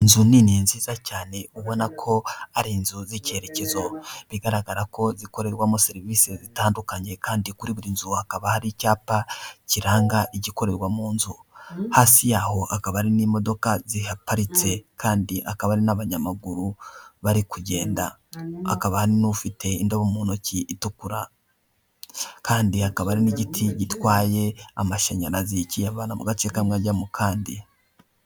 Inzu nini nziza cyane ubona ko ari inzu z'icyerekezo, bigaragara ko zikorerwamo serivisi zitandukanye kandi kuri buri nzu hakaba hari icyapa kiranga igikorerwa mu nzu, hasi yaho hakaba harimo imodoka ziparitse kandi hakaba hari n'abanyamaguru bari kugenda, hakaba hari n'ufite indobo mu ntoki itukura kandi hakaba hari n'igiti gitwaye amashanyarazi kiyavana mu gace kamwe ajya m kandi.